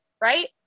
right